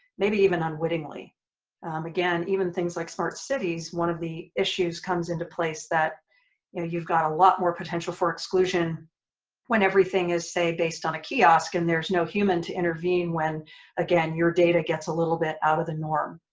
maybe even unwittingly again even things like smart cities one of the issues comes into place that you know you've got a lot more potential for exclusion when everything is say based on a kiosk and there's no human to intervene when again your data gets a little bit out of the norm.